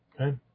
Okay